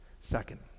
Second